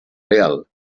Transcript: real